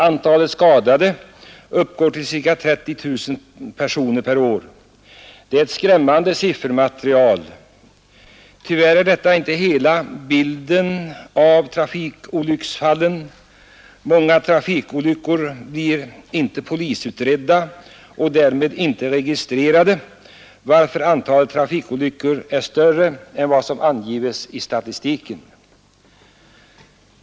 Antalet skadade uppgår till ca 30 000 personer per år. Det är ett skrämmande siffermaterial. Tyvärr är detta inte hela bilden av trafikolycksfallen. Många trafikolyckor blir inte polisutredda och därmed inte registrerade, varför antalet trafikolyckor är större än vad som angives i statistiken.